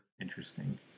Interesting